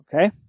Okay